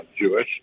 Jewish